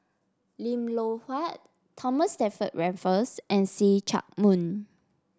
Lim Loh Huat Thomas Stamford Raffles and See Chak Mun